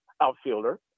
outfielder